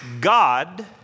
God